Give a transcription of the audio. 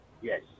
Yes